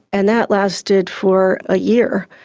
and that lasted for a year.